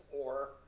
or-